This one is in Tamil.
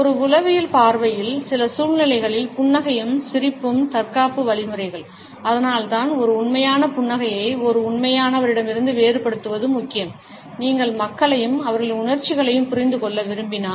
ஒரு உளவியல் பார்வையில் சில சூழ்நிலைகளில் புன்னகையும் சிரிப்பும் தற்காப்பு வழிமுறைகள் அதனால்தான் ஒரு உண்மையான புன்னகையை ஒரு உண்மையானவரிடமிருந்து வேறுபடுத்துவது முக்கியம் நீங்கள் மக்களையும் அவர்களின் உணர்ச்சிகளையும் புரிந்து கொள்ள விரும்பினால்